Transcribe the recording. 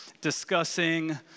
discussing